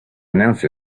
announce